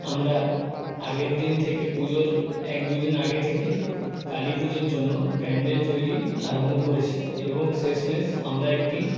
আমরা আগের দিন থেকে পুজোর এক দুদিন আগে থেকে কালী পুজোর জন্য প্যান্ডেল তৈরি আরম্ভ করেছিলাম এবং শেষ মেষ আমরা একটি